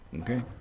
okay